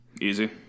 Easy